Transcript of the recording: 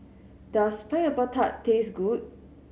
does Pineapple Tart taste good